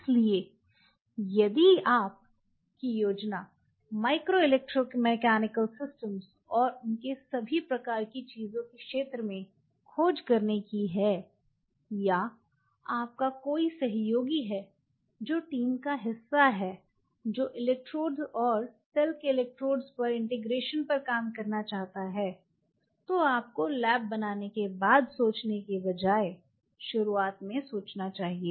इसलिए यदि आपकी योजना माइक्रो इलेक्ट्रोमैकेनिकल सिस्टम और उन सभी प्रकार की चीजों के क्षेत्र में खोज करने की है या आपका कोई सहयोगी है जो टीम का हिस्सा है जो इलेक्ट्रोड और सेल के इलेक्ट्रोड्स पर इंटीग्रेशन पर काम करना चाहता है तो आपको लैब बनाने के बाद सोचने के बजाय शुरुआत में सोचना चाहिए